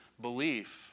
belief